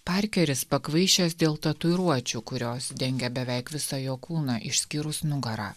parkeris pakvaišęs dėl tatuiruočių kurios dengia beveik visą jo kūną išskyrus nugarą